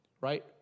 right